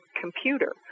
computer